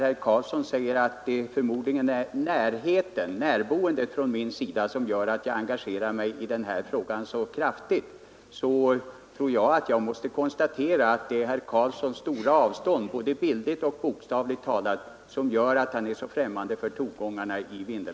Herr Karlsson säger att det förmodligen är därför att jag bor nära Vindelådalen som jag engagerar mig så kraftigt i den här frågan. Jag måste konstatera att det är herr Karlssons stora avstånd, både bildligt och bokstavligt talat, från Vindelådalen som gör att han är så främmande för tongångarna där.